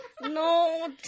No